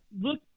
look